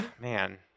Man